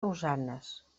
rosanes